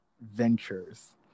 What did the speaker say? ventures